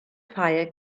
fire